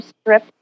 strip